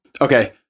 Okay